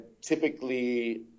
typically